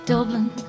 Dublin